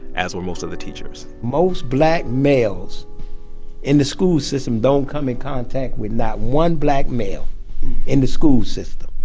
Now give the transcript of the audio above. as were most of the teachers most black males in the school system don't come in contact with not one black male in the school system.